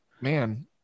Man